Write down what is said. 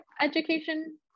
education